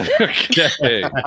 Okay